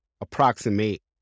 approximate